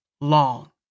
long